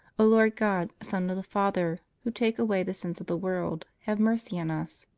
o lord god, son of the father, who take away the sins of the world, have mercy on us.